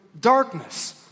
darkness